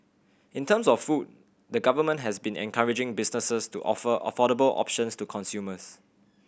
in terms of food the Government has been encouraging businesses to offer affordable options to consumers